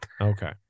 Okay